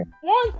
one